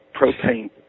propane